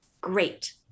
great